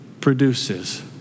produces